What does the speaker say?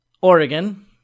Oregon